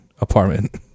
apartment